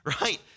right